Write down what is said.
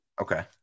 Okay